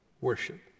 worship